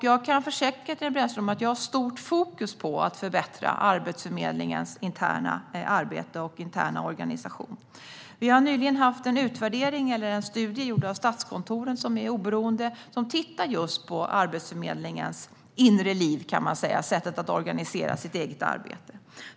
Jag kan försäkra Katarina Brännström om att jag har stort fokus på att förbättra Arbetsförmedlingens interna arbete och interna organisation. Statskontoret har nyligen gjort en oberoende utvärdering, eller studie, av Arbetsförmedlingens så att säga inre liv - sättet att organisera det egna arbetet.